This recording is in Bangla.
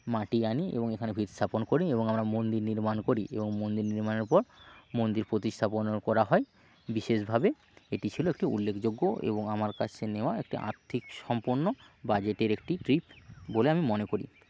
মাটি আনি এবং এখানে ভিত স্থাপন করি এবং আমরা মন্দির নির্মাণ করি এবং মন্দির নির্মাণের পর মন্দির প্রতিস্থাপনও করা হয় বিশেষভাবে এটি ছিল একটি উল্লেখযোগ্য এবং আমার কাছে নেওয়া একটি আর্থিক সম্পন্ন বাজেটের একটি ট্রিপ বলে আমি মনে করি